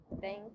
Thank